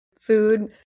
food